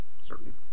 certain